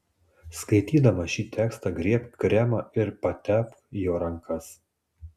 skaitydama šį tekstą griebk kremą ir patepk juo rankas